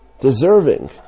deserving